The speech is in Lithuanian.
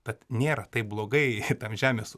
tad nėra taip blogai tam žemės